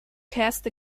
cast